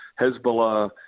Hezbollah